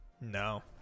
no